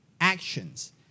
actions